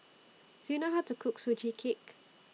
Do YOU know How to Cook Sugee Cake